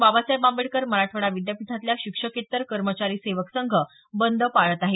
बाबासाहेब आंबेडकर मराठवाडा विद्यापीठातल्या शिक्षकेत्तर कर्मचारी सेवक संघ बंद पाळत आहे